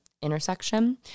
intersection